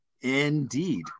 indeed